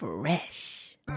fresh